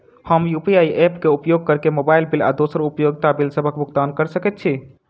हम UPI app क उपयोग करके मोबाइल बिल आ दोसर उपयोगिता बिलसबक भुगतान कर सकइत छि